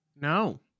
No